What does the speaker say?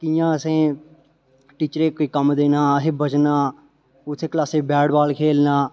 कि'यां असें टीचरें कोई कम्म देना असें बचना उत्थै क्लासें च बैट बाल खेलना